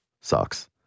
sucks